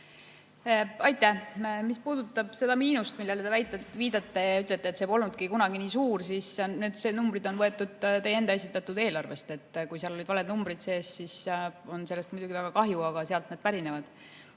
Aitäh! Mis puudutab seda miinust, millele te viitate ja ütlete, et see polnudki kunagi nii suur, siis need numbrid on võetud teie enda esitatud eelarvest. Kui seal olid valed numbrid sees, siis on sellest muidugi väga kahju, aga sealt need pärinevad.